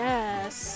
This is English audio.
Yes